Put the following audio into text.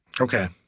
Okay